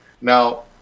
Now